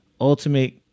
ultimate